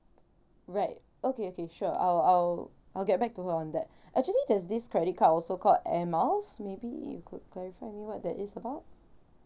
right okay okay sure I'll I'll I'll get back to her on that actually there's this credit card also called air miles maybe you could clarify with me what that is about